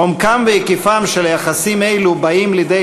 עומקם והיקפם של יחסים אלו באים לידי